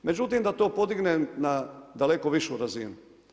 Međutim da to podignem na daleko višu razinu.